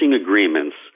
agreements